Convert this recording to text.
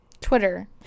twitter